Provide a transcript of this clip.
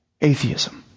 atheism